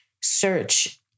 search